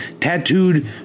tattooed